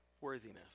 worthiness